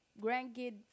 grandkid